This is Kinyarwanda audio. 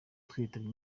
twitabye